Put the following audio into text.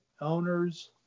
owners